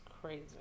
crazy